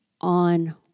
on